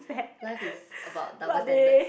life is about double standards